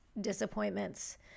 disappointments